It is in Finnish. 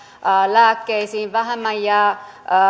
lääkkeisiin vähemmän jää